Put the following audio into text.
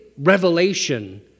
revelation